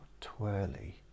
twirly